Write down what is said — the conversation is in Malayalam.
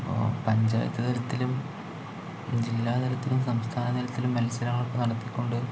അപ്പോൾ പഞ്ചായത്ത് തലത്തിലും ജില്ലാതലത്തിലും സംസ്ഥാന തലത്തിലും മത്സരങ്ങളൊക്കെ നടത്തിക്കൊണ്ട്